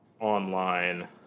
online